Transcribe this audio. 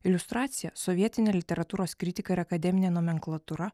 iliustracija sovietinė literatūros kritika ir akademinė nomenklatūra